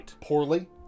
poorly